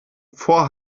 vor